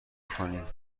کنی